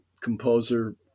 composer